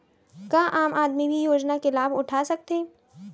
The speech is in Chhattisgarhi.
का आम आदमी भी योजना के लाभ उठा सकथे?